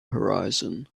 horizon